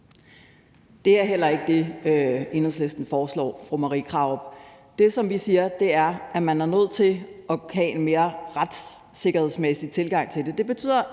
Det er heller ikke det, Enhedslisten foreslår, fru Marie Krarup. Det, som vi siger, er, at man er nødt til at have en mere retssikkerhedsmæssig tilgang til det.